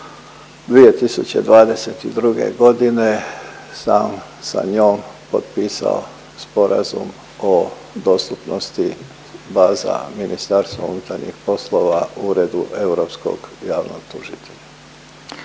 2022. godine sam sa njom potpisao sporazum o dostupnosti baza MUP-a u Uredu Europskog javnog tužitelja.